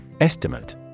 Estimate